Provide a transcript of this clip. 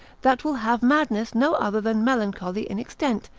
that will have madness no other than melancholy in extent,